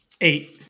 Eight